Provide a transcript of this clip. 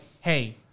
hey